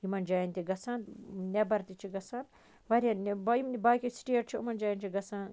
یِمَن جایَن تہِ گَژھان نیٚبَر تہِ چھِ گَژھان واریاہ یِم باقٕے سٹیٹ چھِ یِمن جایَن چھِ گژھان